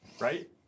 right